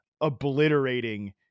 obliterating